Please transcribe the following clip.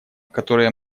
которое